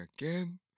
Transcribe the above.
again